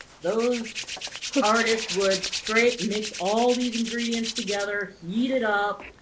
those artists would scrape, mix all these ingredients together, heat it up,